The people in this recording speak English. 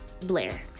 blair